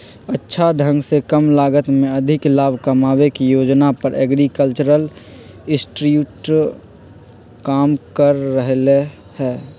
अच्छा ढंग से कम लागत में अधिक लाभ कमावे के योजना पर एग्रीकल्चरल इंस्टीट्यूट काम कर रहले है